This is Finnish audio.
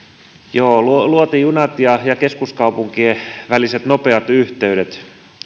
joo luotijunat ja ja keskuskaupunkien väliset nopeat yhteydet